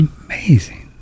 amazing